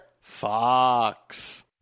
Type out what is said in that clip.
Fox